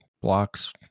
Blocks